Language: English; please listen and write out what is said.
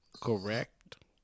Correct